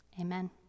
Amen